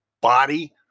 body